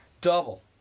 Double